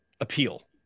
appeal